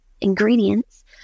ingredients